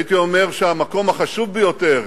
הייתי אומר שהמקום החשוב ביותר